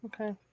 Okay